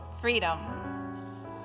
Freedom